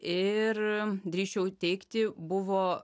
ir drįsčiau teigti buvo